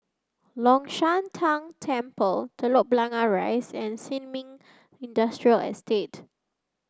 Long Shan Tang Temple Telok Blangah Rise and Sin Ming Industrial Estate